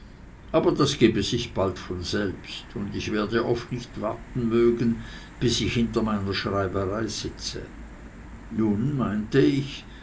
aber das gebe sich bald von selbst ich werde oft nicht warten mögen bis ich hinter meiner schreiberei sitze nun meinte ich